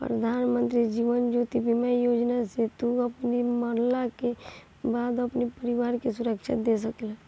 प्रधानमंत्री जीवन ज्योति बीमा योजना से तू अपनी मरला के बाद अपनी परिवार के सुरक्षा दे सकेला